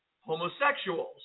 homosexuals